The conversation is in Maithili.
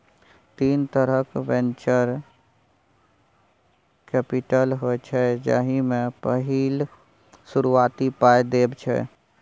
तीन तरहक वेंचर कैपिटल होइ छै जाहि मे पहिल शुरुआती पाइ देब छै